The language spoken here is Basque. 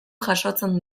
jasotzen